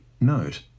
Note